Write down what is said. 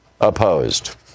opposed